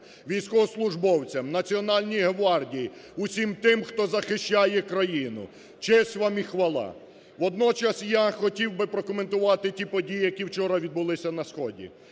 військовослужбовцям, Національній гвардії, усім тим, хто захищає країну. Честь вам і хвала! Водночас, я хотів би прокоментувати ті події, які вчора відбулися на сході.